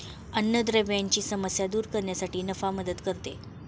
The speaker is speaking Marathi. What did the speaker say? अन्नद्रव्यांची समस्या दूर करण्यास निफा मदत करते